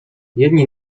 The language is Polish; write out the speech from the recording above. jedni